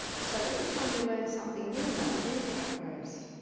so every time you learn something new another dendrite grows.